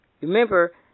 remember